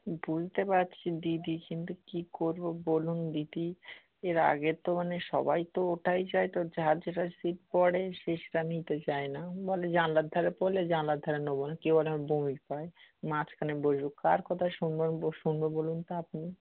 বুঝতে পারছি দিদি কিন্তু কী করব বলুন দিদি এর আগে তো মানে সবাই তো ওটাই চায় তো যার যেটা সীট পড়ে সে সেটা নিতে চায় না বলে জানলার ধারে পড়লে জানলার ধারে নেব না কেউ বলে আমার বমি পায় মাঝখানে বসব কার কথা শুনব আমি শুনব বলুন তো আপনি